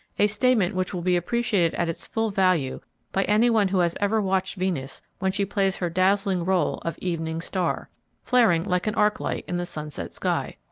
a statement which will be appreciated at its full value by anyone who has ever watched venus when she plays her dazzling role of evening star flaring like an arc light in the sunset sky.